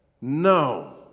No